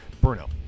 Bruno